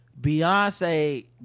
Beyonce